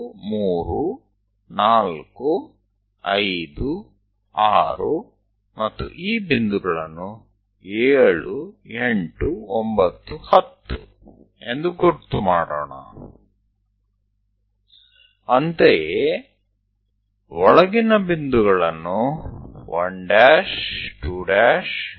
તે જ રીતે અંદરના બિંદુઓ 123 કે જે c છે આગળ 45 અને આ 6 B છે ત્યાં કોઈપણ બિંદુ હોય શકે છે